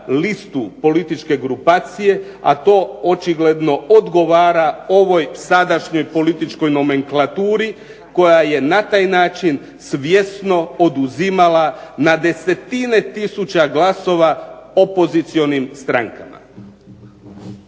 listu političke grupacije, a to očigledno odgovara ovoj sadašnjoj političkoj nomenklaturi koja je na taj način svjesno poduzimala na desetine tisuća glasova opozicionim strankama.